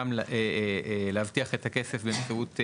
גם להבטיח את הכסף באמצעות,